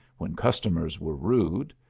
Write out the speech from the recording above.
when customers were rude,